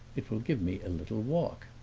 it will give me a little walk.